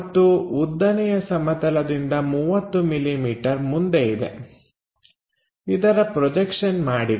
ಮತ್ತು ಉದ್ದನೆಯ ಸಮತಲದಿಂದ 30 ಮಿಲಿಮೀಟರ್ ಮುಂದೆ ಇದೆ ಇದರ ಪ್ರೊಜೆಕ್ಷನ್ ಮಾಡಿರಿ